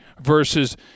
versus